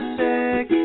sick